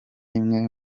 imwe